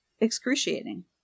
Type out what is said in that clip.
excruciating